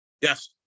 yes